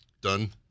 done